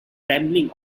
trembling